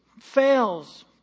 fails